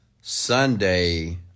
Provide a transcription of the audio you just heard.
Sunday